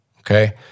Okay